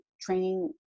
training